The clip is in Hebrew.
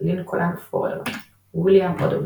לינקולן פורר ויליאם אודום